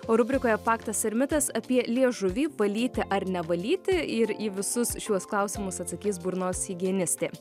o rubrikoje faktas ar mitas apie liežuvį valyti ar nevalyti ir į visus šiuos klausimus atsakys burnos higienistė